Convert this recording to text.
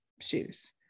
shoes